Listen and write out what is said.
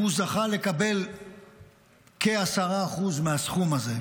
הוא זכה לקבל כ-10% מהסכום הזה.